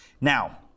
Now